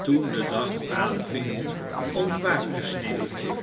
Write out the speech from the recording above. toen de dag aanving ontwaakte sneeuwwitje